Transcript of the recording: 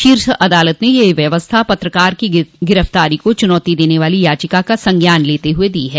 शीर्ष अदालत ने यह व्यवस्था पत्रकार की गिरफ्तारी को चुनौती देने वाली याचिका का संज्ञान लेते हुए दी है